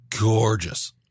gorgeous